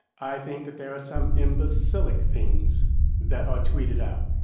i think that there are some imbecilic things that are tweeted out.